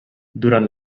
durant